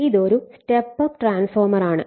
ഇതൊരു step up transformer ആണ്